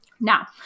Now